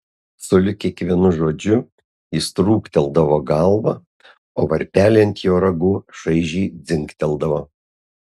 sulig kiekvienu žodžiu jis trūkteldavo galvą o varpeliai ant jo ragų šaižiai dzingteldavo